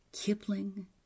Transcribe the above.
Kipling